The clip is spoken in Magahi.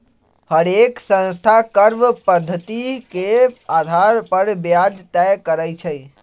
हरेक संस्था कर्व पधति के अधार पर ब्याज तए करई छई